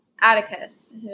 Atticus